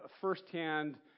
firsthand